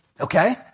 Okay